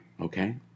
okay